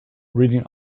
reading